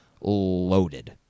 loaded